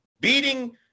Beating